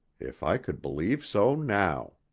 if i could believe so now!